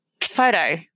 photo